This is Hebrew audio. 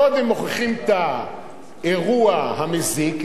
קודם מוכיחים את האירוע המזיק,